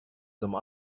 some